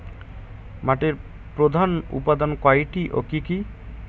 মাটির প্রধান উপাদান কয়টি ও কি কি?